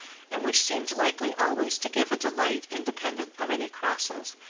and which seemed likely always to give a delight independent of any crosses,